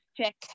check